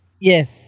Yes